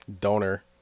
Donor